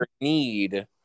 need